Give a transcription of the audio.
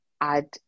add